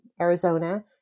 Arizona